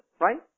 right